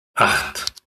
acht